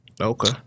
Okay